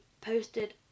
posted